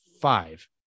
five